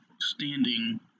standing